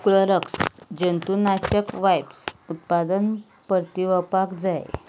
Clorox जंतुनाशक wipes उत्पादन परतीवपाक जाय